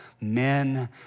men